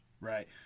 right